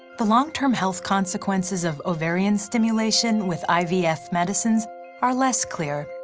the long-term health consequences of ovarian stimulation with ivf medicines are less clear,